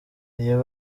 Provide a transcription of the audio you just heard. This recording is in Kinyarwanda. iyo